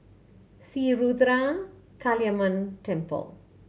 Sri Ruthra Kaliamman Temple